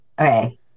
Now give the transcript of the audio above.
Okay